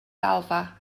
ddalfa